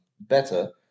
better